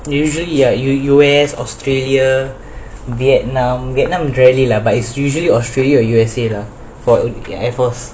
U_S australia vietnam vietnam rarely lah but it's usually australia or U_S_A lah for air force